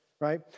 Right